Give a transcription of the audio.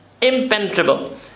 impenetrable